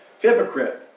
Hypocrite